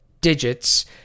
digits